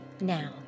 Now